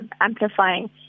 amplifying